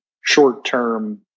short-term